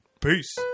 Peace